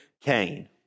Cain